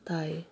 তাই